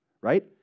right